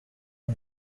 uwo